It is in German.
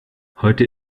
heute